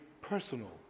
personal